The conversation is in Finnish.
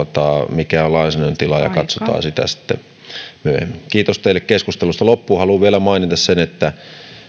mikä on lainsäädännön tila ja katsotaan sitä sitten myöhemmin kiitos teille keskustelusta loppuun haluan vielä mainita sen että